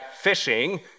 fishing